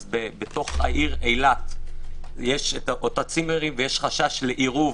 בתוך העיר אילת יש הצימרים ויש חשש לעירוב